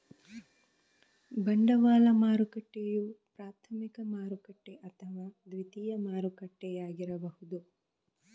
ಬಂಡವಾಳ ಮಾರುಕಟ್ಟೆಯು ಪ್ರಾಥಮಿಕ ಮಾರುಕಟ್ಟೆ ಅಥವಾ ದ್ವಿತೀಯ ಮಾರುಕಟ್ಟೆಯಾಗಿರಬಹುದು